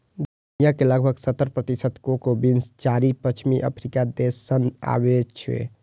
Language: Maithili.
दुनिया के लगभग सत्तर प्रतिशत कोको बीन्स चारि पश्चिमी अफ्रीकी देश सं आबै छै